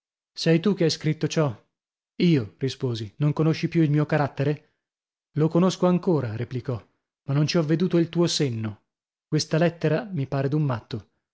sei tu che hai scritto ciò io risposi non conosci più il mio carattere lo conosco ancora replicò ma non ci ho veduto il tuo senno questa lettera mi pare d'un matto